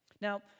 Now